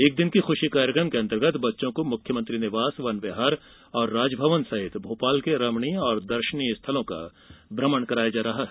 एक दिन की खुशी कार्यक्रम के अंतर्गत बच्चों को मुख्यमंत्री निवास वन विहार और राजभवन सहित भोपाल के रमणीय और दर्शनीय स्थलों का भ्रमण कराया जा रहा है